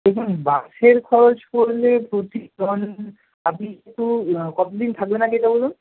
দেখুন বাসের খরচ পড়লে প্রতি জন আপনি কত দিন থাকবেন আগে এটা বলুন